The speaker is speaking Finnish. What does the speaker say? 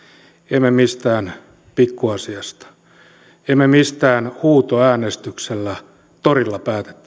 emme mistään pikkuasiasta emme mistään huutoäänestyksellä torilla